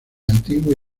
antigua